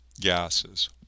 gases